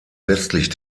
westlich